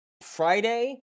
Friday